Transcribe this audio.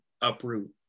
uproot